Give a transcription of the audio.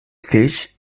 fish